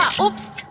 Oops